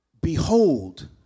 behold